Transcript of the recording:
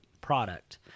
product